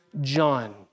John